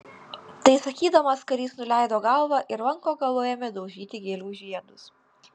tai sakydamas karys nuleido galvą ir lanko galu ėmė daužyti gėlių žiedus